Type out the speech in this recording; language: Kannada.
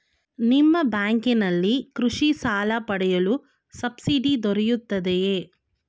ನಿಮ್ಮ ಬ್ಯಾಂಕಿನಲ್ಲಿ ಕೃಷಿ ಸಾಲ ಪಡೆಯಲು ಸಬ್ಸಿಡಿ ದೊರೆಯುತ್ತದೆಯೇ?